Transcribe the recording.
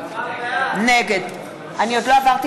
נגד מיכאל מלכיאלי,